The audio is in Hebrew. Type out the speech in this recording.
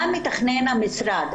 מה מתכנן המשרד?